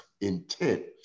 intent